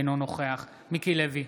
אינו נוכח מיקי לוי,